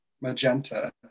magenta